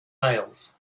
males